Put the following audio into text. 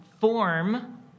form